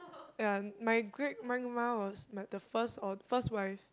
ya my great grandma was my the first or the first wife